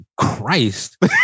Christ